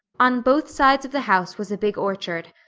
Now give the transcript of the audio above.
on both sides of the house was a big orchard,